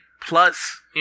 plus